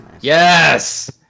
Yes